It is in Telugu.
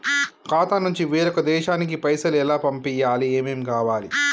ఖాతా నుంచి వేరొక దేశానికి పైసలు ఎలా పంపియ్యాలి? ఏమేం కావాలి?